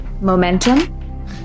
momentum